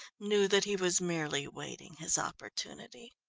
knew that he was merely waiting his opportunity.